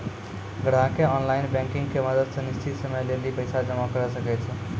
ग्राहकें online banking के मदत से निश्चित समय लेली पैसा जमा करै सकै छै